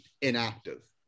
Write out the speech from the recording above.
inactive